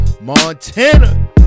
Montana